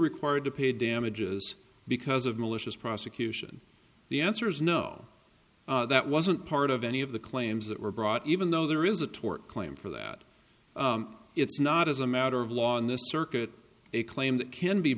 required to pay damages because of malicious prosecution the answer is no that wasn't part of any of the claims that were brought even though there is a tort claim for that it's not as a matter of law in this circuit a claim that can be